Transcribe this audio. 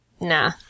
Nah